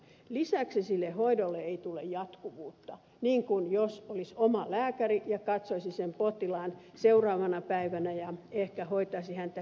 lisäksi sille hoidolle ei tule jatkuvuutta niin kuin silloin jos olisi omalääkäri joka katsoisi sen potilaan seuraavana päivänä ja ehkä hoitaisi häntä pitempään